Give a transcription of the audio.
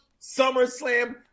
SummerSlam